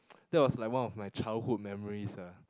that's was like one of my childhood memories lah